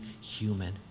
human